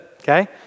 okay